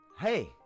Hey